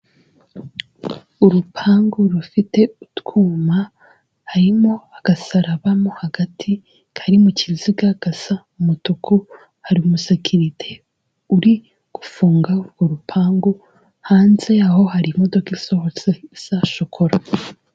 Urupangu rufite utwuma harimo agasaraba mo hagati kari mu kiziga gasa umutuku, hari umusekiririte uri gufunga urupangu, hanze yaho hari imodoka isohotse isa shokora.